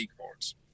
cards